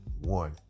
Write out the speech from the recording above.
One